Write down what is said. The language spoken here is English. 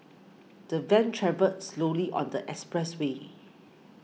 the van travelled slowly on the expressway